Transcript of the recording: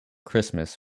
christmas